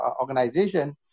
organization